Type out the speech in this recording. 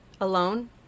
alone